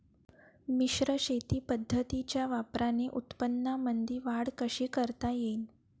मिश्र शेती पद्धतीच्या वापराने उत्पन्नामंदी वाढ कशी करता येईन?